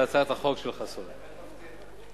להצעת החוק של חבר הכנסת חסון.